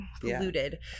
polluted